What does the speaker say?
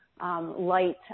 light